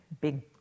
big